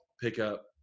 pickup